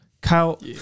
Kyle